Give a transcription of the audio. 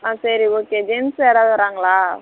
ஆ சரி okay gents யாராவது வராங்களா